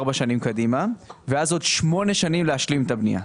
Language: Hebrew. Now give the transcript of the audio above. ארבע שנים קדימה ואז עוד שמונה שנים להשלים את הבנייה.